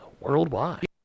Worldwide